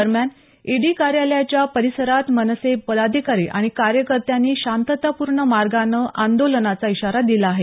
दरम्यान ईडी कार्यालयाच्या परिसरात मनसे पदाधिकारी आणि कार्यकर्त्यांनी शांततापूर्ण मार्गानं आंदोलनाचा इशारा दिला आहे